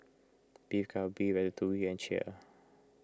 Beef Galbi Ratatouille and Kheer